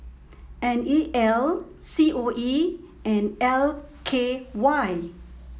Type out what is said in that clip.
N E L C O E and L K Y